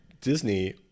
disney